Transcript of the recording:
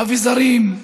לאביזרים,